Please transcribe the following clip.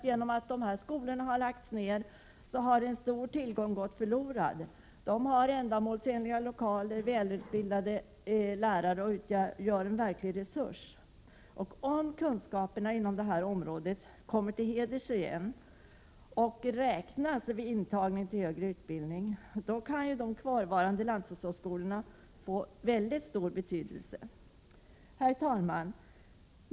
Genom dessa skolors nedläggning har en stor tillgång gått förlorad. De har ändamålsenliga lokaler och välutbildade lärare och utgör en verklig resurs. Om kunskaperna inom detta område kommer till heders igen och tillmäts ett värde vid intagning till högre utbildning, kan de kvarvarande lanthushållsskolorna få en mycket stor betydelse. Herr talman!